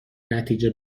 نتیجه